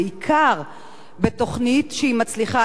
בעיקר בתוכנית שהיא מצליחה,